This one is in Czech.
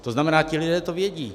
To znamená, ti lidé to vědí.